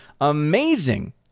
amazing